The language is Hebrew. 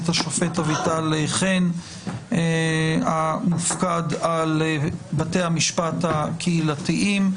את השופט אביטל חן המופקד על בתי המשפט הקהילתיים.